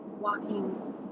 walking